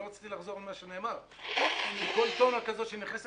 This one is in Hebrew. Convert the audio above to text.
אני לא רציתי לחזור על מה שנאמר.